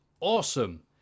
Awesome